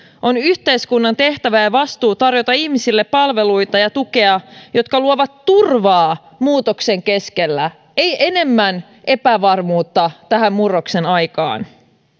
on yhteiskunnan tehtävä ja ja vastuu tarjota ihmisille palveluita ja tukea jotka luovat turvaa muutoksen keskellä eivät enemmän epävarmuutta tähän murroksen aikaan